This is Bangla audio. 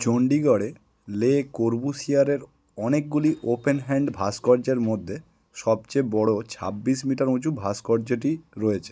চণ্ডীগড়ে লে কর্বুসিয়ারের অনেকগুলি ওপেন হ্যান্ড ভাস্কর্যের মধ্যে সবচেয়ে বড়ো ছাব্বিশ মিটার উঁচু ভাস্কর্যটি রয়েছে